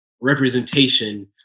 representation